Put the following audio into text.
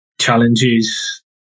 challenges